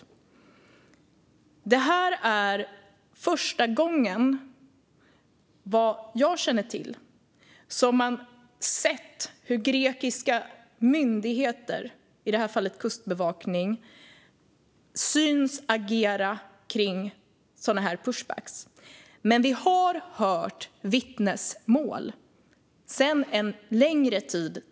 Detta är, vad jag känner till, första gången som grekiska myndigheter, i det här fallet kustbevakning, synts agera i sådana här pushbacks. Men vi har hört vittnesmål under en längre tid.